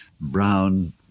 Brown